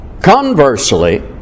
Conversely